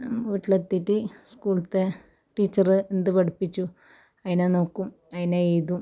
വീട്ടിലെത്തിയിട്ട് സ്കൂളിത്തെ ടീച്ചറ് എന്ത് പഠിപ്പിച്ചു അതിനെ നോക്കും അതിനെ എഴുതും